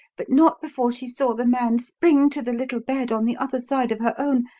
but not before she saw the man spring to the little bed on the other side of her own,